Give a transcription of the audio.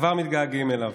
כבר מתגעגעים אליו.